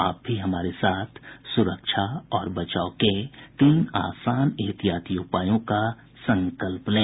आप भी हमारे साथ सुरक्षा और बचाव के तीन आसान एहतियाती उपायों का संकल्प लें